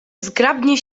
zgrabnie